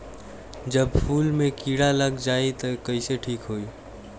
जब फूल मे किरा लग जाई त कइसे ठिक होई?